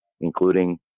including